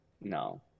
No